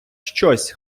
щось